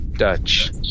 dutch